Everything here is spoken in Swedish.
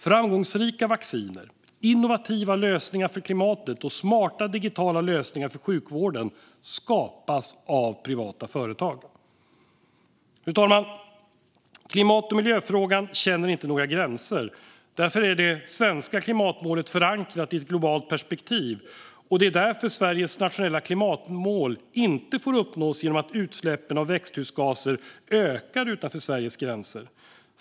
Framgångsrika vacciner, innovativa lösningar för klimatet och smarta digitala lösningar för sjukvården skapas av privata företag. Fru talman! Klimat och miljöfrågan känner inga gränser. Därför är det svenska klimatmålet förankrat i ett globalt perspektiv, och det är därför Sveriges nationella klimatmål inte får uppnås genom att utsläppen av växthusgaser ökar utanför Sveriges gränser.